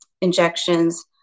injections